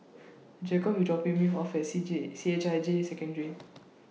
Jakobe IS dropping Me off At C J C H I J Secondary